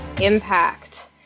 impact